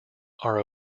are